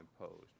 imposed